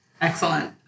excellent